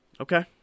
Okay